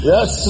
Yes